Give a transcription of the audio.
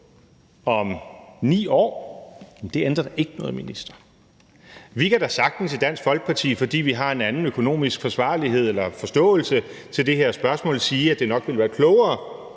om 9 år. Men det ændrer da ikke noget, minister. Vi kan da i Dansk Folkeparti, fordi vi har en anden økonomisk ansvarlighed eller forståelse i forbindelse med det her spørgsmål, sagtens sige, at det nok ville være klogere,